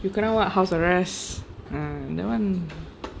you kena what house arrest ah that [one]